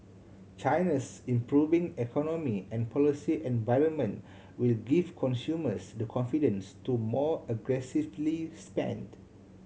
China's improving economy and policy environment will give consumers the confidence to more aggressively spend